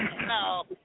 No